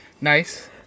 Nice